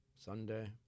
Sunday